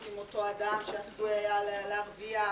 לכדי שהיא נוגדת את העניין הכללי של הציבור,